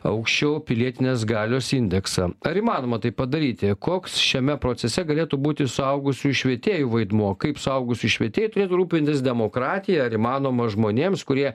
aukščiau pilietinės galios indeksą ar įmanoma tai padaryti koks šiame procese galėtų būti suaugusiųjų švietėjų vaidmuo kaip suaugusiųjų švietėjai turėtų rūpintis demokratija ar įmanoma žmonėms kurie